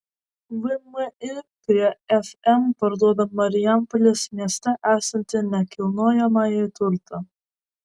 vmi prie fm parduoda marijampolės mieste esantį nekilnojamąjį turtą